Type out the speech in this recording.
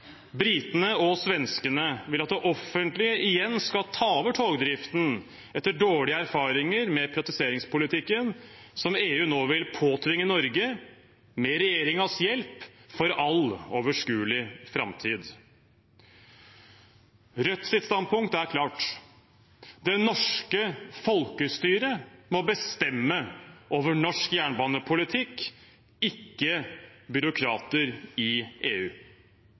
britene og svenskene vil at det offentlige igjen skal ta over togdriften, etter dårlige erfaringer med privatiseringspolitikken som EU nå vil påtvinge Norge – med regjeringens hjelp – for all overskuelig framtid. Rødts standpunkt er klart: Det norske folkestyret må bestemme over norsk jernbanepolitikk – ikke byråkrater i EU.